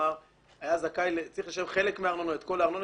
כלומר צריך לשלם חלק מהארנונה או את כל הארנונה